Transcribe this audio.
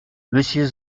monsieur